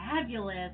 Fabulous